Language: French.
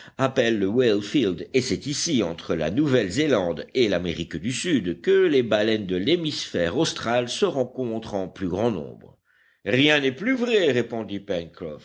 appellent le whale field et c'est ici entre la nouvelle zélande et l'amérique du sud que les baleines de l'hémisphère austral se rencontrent en plus grand nombre rien n'est plus vrai répondit